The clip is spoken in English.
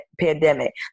pandemic